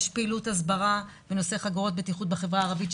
יש פעילות הסברה בנושא חגורות בטיחות בחברה הערבית,